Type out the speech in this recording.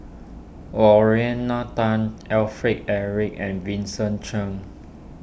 Lorna Tan Alfred Eric and Vincent Cheng